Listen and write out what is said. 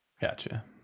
gotcha